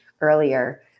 earlier